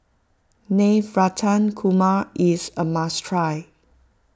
Navratan Korma is a must try